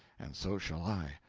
and so shall i.